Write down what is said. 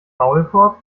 maulkorb